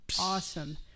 awesome